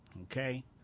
okay